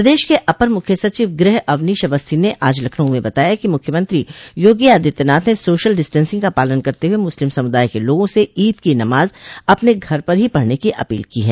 प्रदेश के अपर मुख्य सचिव गृह अवनीश अवस्थी ने आज लखनऊ में बताया कि मुख्यमंत्री योगी आदित्यनाथ ने सोशल डिस्टेंसिंग का पालन करते हुए मुस्लिम समुदाय के लोगों से ईद की नमाज अपने घर पर ही पढने की अपील की है